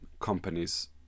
companies